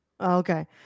Okay